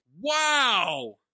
wow